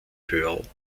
pearl